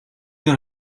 дээр